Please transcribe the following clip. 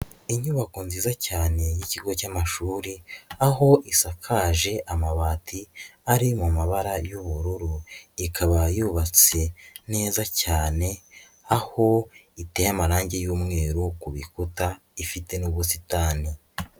Inyubako nziza cyane y'ikigo cy'amashuri, aho isakaje amabati ari mu mabara y'ubururu, ikaba yubatse neza cyane aho iteye amarangi y'umweru ku bikuta ifite n'ubusitani.